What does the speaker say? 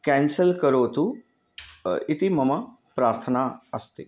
cancel करोतु इति मम प्रार्थना अस्ति